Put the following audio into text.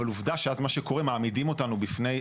אבל עובדה שאז מה שקורה מעמידים אותנו בפני,